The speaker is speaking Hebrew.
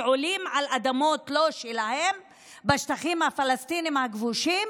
שעולים על אדמות לא שלהם בשטחים הפלסטיניים הכבושים